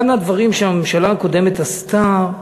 אחד מהדברים שהממשלה הקודמת עשתה,